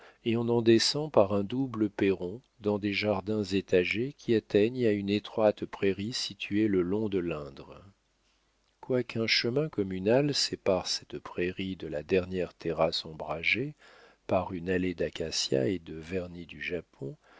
et on en descend par un double perron dans des jardins étagés qui atteignent à une étroite prairie située le long de l'indre quoiqu'un chemin communal sépare cette prairie de la dernière terrasse ombragée par une allée d'acacias et de vernis du japon